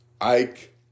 Ike